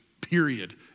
period